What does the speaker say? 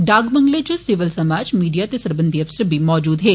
डाक बंगले इच सिविल समाज मीडिया ते सरबंधी अफसर बी मौजूद हे